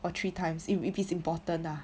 or three times you if is important ah